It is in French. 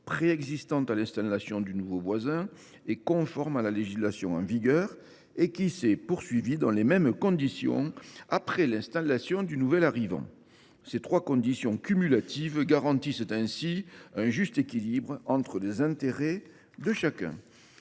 préexistante à l’installation du nouveau voisin et conforme à la législation en vigueur, et que cette activité s’est poursuivie dans les mêmes conditions après l’installation du nouvel arrivant. Ces trois conditions cumulatives garantissent ainsi un juste équilibre entre les intérêts de chacun.